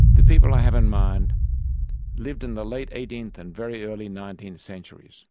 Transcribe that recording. the people i have in mind lived in the late eighteenth and very early nineteenth centuries